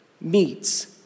meets